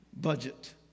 Budget